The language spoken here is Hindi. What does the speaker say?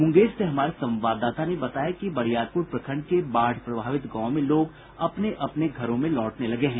मुंगेर से हमारे संवाददाता ने बताया है कि बरियारपुर प्रखंड के बाढ़ प्रभावित गांवों में लोग अपने अपने घरों में लौटने लगे हैं